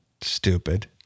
Stupid